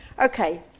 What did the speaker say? Okay